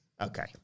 Okay